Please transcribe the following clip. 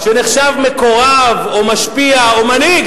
שנחשב מקורב או משפיע או מנהיג,